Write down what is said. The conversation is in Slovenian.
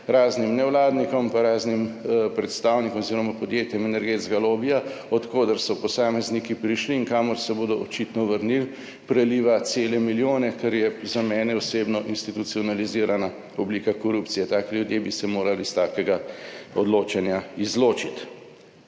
raznim nevladnikom, pa raznim predstavnikom oziroma podjetjem energetskega lobija od koder so posamezniki prišli in kamor se bodo očitno vrnili, preliva cele milijone, kar je za mene osebno institucionalizirana oblika korupcije. Taki ljudje bi se morali iz takega odločanja izločiti.